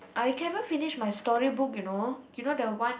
I can even finish the storybook you know you know the one